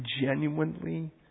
genuinely